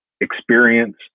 experience